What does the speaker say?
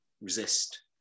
resist